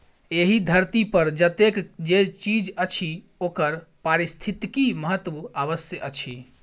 एहि धरती पर जतेक जे चीज अछि ओकर पारिस्थितिक महत्व अवश्य अछि